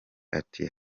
ati